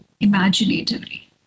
imaginatively